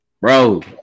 Bro